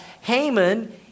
Haman